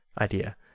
idea